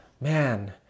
Man